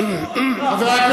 איפה, שלך?